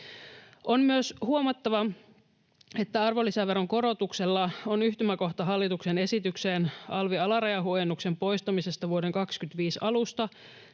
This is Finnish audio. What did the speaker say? On myös huomattava, että arvonlisäveron korotuksella on yhtymäkohta hallituksen esitykseen alvin alarajahuojennuksen poistamisesta vuoden 25 alusta